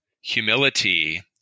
humility